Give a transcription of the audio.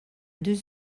deux